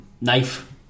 knife